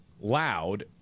loud